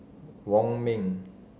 Wong Ming